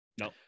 No